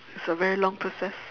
it's a very long process